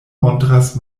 montras